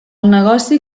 negoci